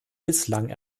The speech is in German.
bislang